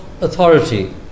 authority